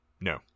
No